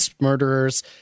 murderers